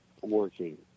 Working